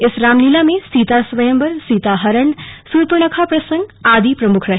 इस रामलीला में सीता स्वयंवर सीता हरण सूर्पनखा प्रसंग आदि प्रमुख रहे